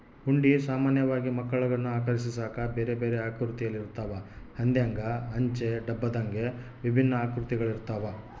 ಹುಂಡಿ ಸಾಮಾನ್ಯವಾಗಿ ಮಕ್ಕಳನ್ನು ಆಕರ್ಷಿಸಾಕ ಬೇರೆಬೇರೆ ಆಕೃತಿಯಲ್ಲಿರುತ್ತವ, ಹಂದೆಂಗ, ಅಂಚೆ ಡಬ್ಬದಂಗೆ ವಿಭಿನ್ನ ಆಕೃತಿಗಳಿರ್ತವ